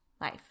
life